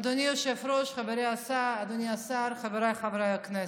אדוני היושב-ראש, אדוני השר, חבריי חברי הכנסת,